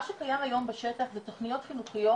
מה שקיים היום בשטח, זה תוכניות חינוכיות